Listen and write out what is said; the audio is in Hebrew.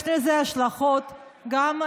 יש לזה גם השלכות כלכליות.